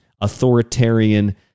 authoritarian